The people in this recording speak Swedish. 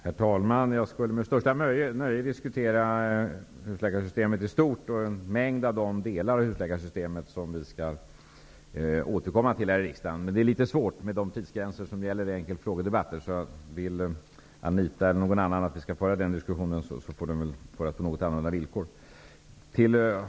Herr talman! Jag skulle med största nöje diskutera husläkarsystemet i stort. Det gäller även en mängd av de delar av husläkarsystemet som vi skall återkomma till här i riksdagen. Det är emellertid litet svårt nu, med hänsyn till de tidsgränser som gäller i frågedebatter. Om Anita Johansson eller någon annan vill att vi för den diskussionen, får den föras på andra villkor.